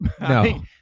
No